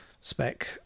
spec